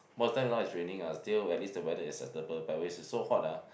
is raining ah still at least the weather is acceptable but when it is so hot ah